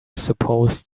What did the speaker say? supposed